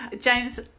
james